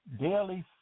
daily